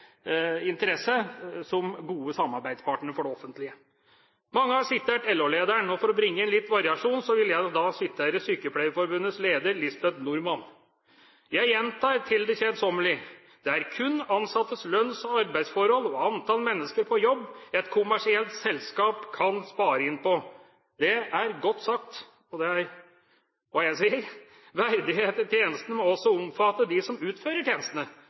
interesse som gode samarbeidspartnere for det offentlige. Mange har sitert LO-lederen. For å bringe inn litt variasjon vil jeg da sitere Sykepleierforbundets leder, Lisbeth Normann: «Vi gjentar til det kjedsommelige: Det er kun ansattes lønn- og arbeidsforhold og antall mennesker på jobb et kommersielt selskap kan spare inn på.» Det er godt sagt! Verdighet i tjenesten må også omfatte dem som utfører tjenestene.